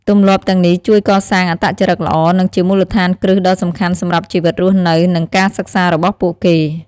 ទម្លាប់ទាំងនេះជួយកសាងអត្តចរិតល្អ និងជាមូលដ្ឋានគ្រឹះដ៏សំខាន់សម្រាប់ជីវិតរស់នៅ និងការសិក្សារបស់ពួកគេ។